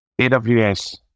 AWS